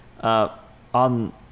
On